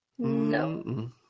No